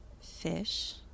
fish